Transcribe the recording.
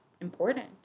important